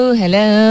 hello